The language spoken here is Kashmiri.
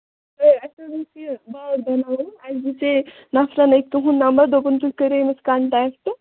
ہَے اَسہِ حظ اوس یہِ باغ دیٛاوٕناوُن اَسہِ دِژٲے نَفرَن أکۍ تُہُنٛد نَمبر دوٚپُن تُہۍ کٔرِیو ییٚمِس کَنٹیکٹہٕ